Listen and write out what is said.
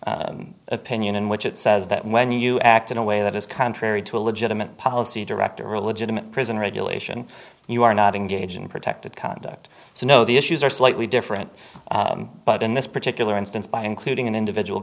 x opinion in which it says that when you act in a way that is contrary to a legitimate policy director or a legitimate prison regulation you are not engaged in protected conduct so no the issues are slightly different but in this particular instance by including an individual